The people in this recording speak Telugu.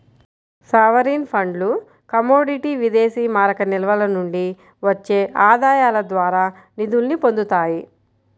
సావరీన్ ఫండ్లు కమోడిటీ విదేశీమారక నిల్వల నుండి వచ్చే ఆదాయాల ద్వారా నిధుల్ని పొందుతాయి